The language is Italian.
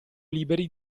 liberi